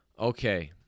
Okay